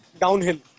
downhill